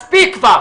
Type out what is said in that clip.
בצלאל, מספיק כבר.